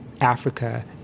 Africa